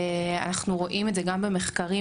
אנחנו רואים גם במחקרים,